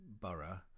borough